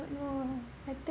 know I think